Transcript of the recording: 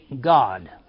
God